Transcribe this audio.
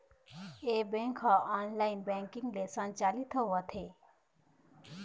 ए bank ह online banking ले संचालित होवत हे